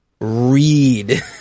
read